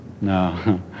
No